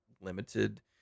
limited